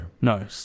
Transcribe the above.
No